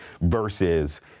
versus